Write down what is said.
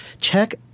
Check